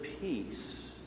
peace